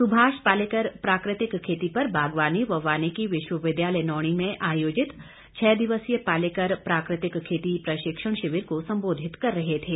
सुभाष पालेकर प्राकृतिक खेती पर बागवानी व वानिकी विश्वविद्यालय नौणी में आयोजित छः दिवसीय पालेकर प्राकृतिक खेती प्रशिक्षण शिविर को संबोधित कर रहे थे